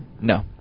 No